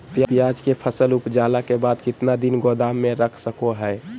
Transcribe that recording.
प्याज के फसल उपजला के बाद कितना दिन गोदाम में रख सको हय?